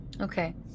Okay